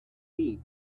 feet